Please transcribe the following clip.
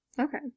Okay